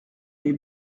mes